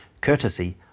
courtesy